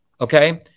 okay